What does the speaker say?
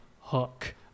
Hook